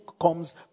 comes